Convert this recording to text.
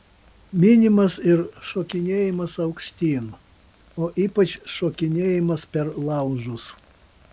minimas ir šokinėjimas aukštyn o ypač šokinėjimas per laužus